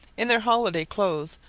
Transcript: in their holiday clothes,